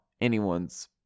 anyone's